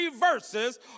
verses